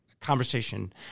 conversation